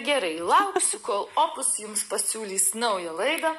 gerai lauksiu kol opus jums pasiūlys naują laidą